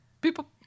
People